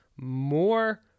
more